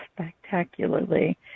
spectacularly